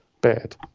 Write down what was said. bad